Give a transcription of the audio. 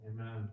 Amen